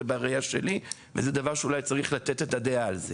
זה דבר שאולי צריך לתת עליו את הדעת.